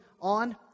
on